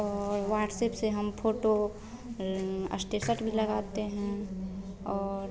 और व्हाट्सएप से हम फ़ोटो स्टेटस भी लगाते हैं और